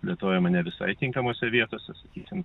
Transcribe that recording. plėtojama ne visai tinkamose vietose sakysim